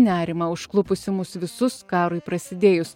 nerimą užklupusį mus visus karui prasidėjus